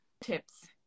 tips